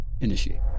Initiate